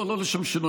לא, לא לשם שינוי.